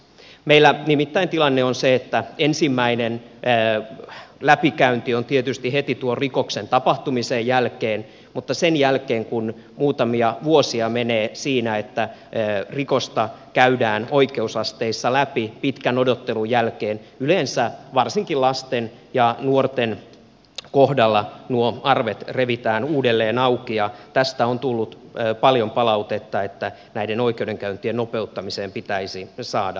meillä nimittäin tilanne on se että ensimmäinen läpikäynti on tietysti heti tuon rikoksen tapahtumisen jälkeen mutta sen jälkeen kun muutamia vuosia menee siinä että rikosta käydään oikeusasteissa läpi pitkän odottelun jälkeen yleensä varsinkin lasten ja nuorten kohdalla nuo arvet revitään uudelleen auki ja tästä on tullut paljon palautetta että näiden oikeudenkäyntien nopeuttamiseen pitäisi saada ryhtiä